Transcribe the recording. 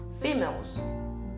females